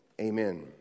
Amen